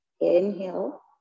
Inhale